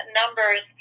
numbers